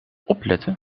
opletten